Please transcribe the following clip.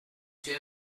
suoi